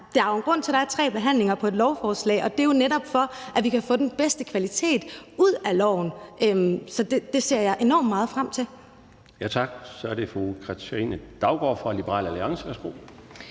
Der er jo en grund til, at der er tre behandlinger af et lovforslag, og det er jo, for at vi netop kan få den bedste kvalitet i loven. Så det ser jeg enormt meget frem til. Kl. 12:51 Den fg. formand (Bjarne Laustsen): Tak.